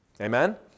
Amen